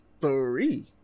Three